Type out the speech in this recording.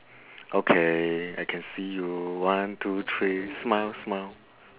okay I can see you one two three smile smile